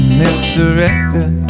misdirected